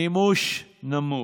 מימוש נמוך.